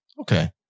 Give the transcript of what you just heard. Okay